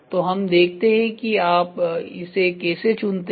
तो हम देखते हैं कि आप इसे कैसे चुनते हैं